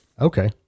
okay